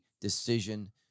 decision